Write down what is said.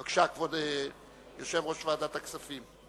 בבקשה, כבוד יושב-ראש ועדת הכספים.